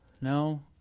No